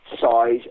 size